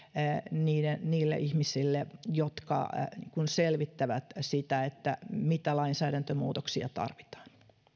niille niille ihmisille jotka selvittävät sitä mitä lainsäädäntömuutoksia tarvitaan